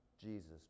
Jesus